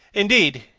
indeed,